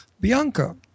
Bianca